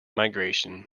migration